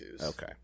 okay